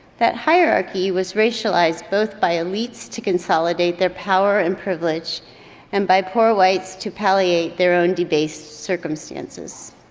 that hierarchy was racialized both by elites to consolidate their power and privilege and by poor whites to palliate their own debased circumstances.